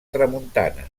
tramuntana